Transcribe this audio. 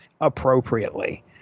appropriately